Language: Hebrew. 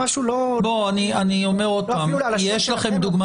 יש לכם דוגמה